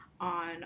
on